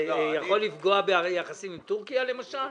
זה יכול לפגוע ביחסים עם טורקיה למשל?